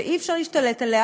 ואי-אפשר להשתלט עליה,